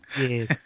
Yes